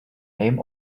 name